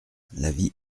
l’avis